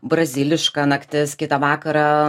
braziliška naktis kitą vakarą